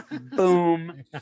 boom